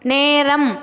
நேரம்